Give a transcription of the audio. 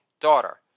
Daughter